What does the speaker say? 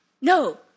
No